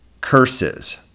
curses